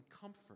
comfort